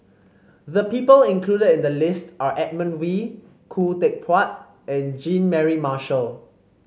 the people included in the list are Edmund Wee Khoo Teck Puat and Jean Mary Marshall